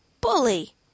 bully